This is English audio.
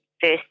first